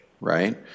right